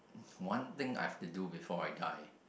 one thing I have to do before I die